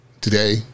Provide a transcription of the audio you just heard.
today